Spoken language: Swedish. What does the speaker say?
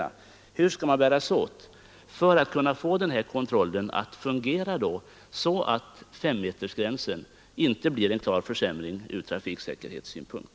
Nu införs sämre regler och ändå tror man det skall ge en bättre effekt.